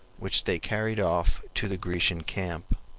which they carried off to the grecian camp.